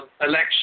election